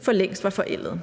for længst var forældede?